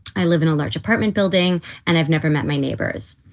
i live in a large apartment building and i've never met my neighbors.